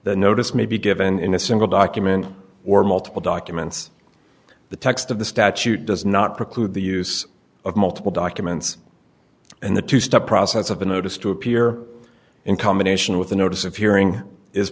the notice may be given in a single document or multiple documents the text of the statute does not preclude the use of multiple documents and the two step process of a notice to appear in combination with a notice of hearing is